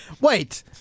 wait